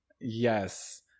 Yes